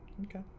Okay